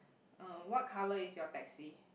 uh what colour is your taxi